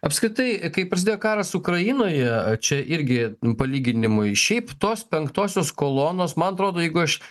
apskritai kai prasidėjo karas ukrainoje čia irgi palyginimui šiaip tos penktosios kolonos man atrodo jeigu aš